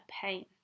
pain